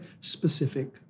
specific